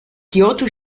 kyoto